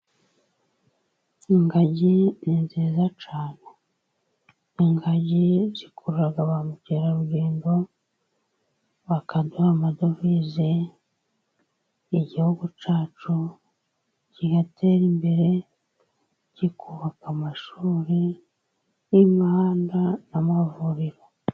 Ingagi ni nziza cyane, ingagi zikurura ba mukerarugendo bakaduha amadovize, igihugu cyacu kigatera imbere, kikubaka amashuri, imihanda n'amavuriro.